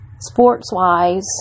sports-wise